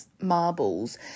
marbles